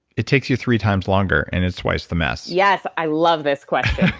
it takes you three times longer, and it's twice the mess yes. i love this question.